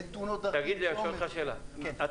זה תאונות דרכים, זה עומס בכבישים